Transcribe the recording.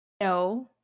No